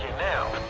now